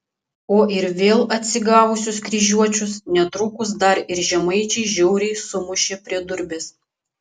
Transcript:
o ir vėl atsigavusius kryžiuočius netrukus dar ir žemaičiai žiauriai sumušė prie durbės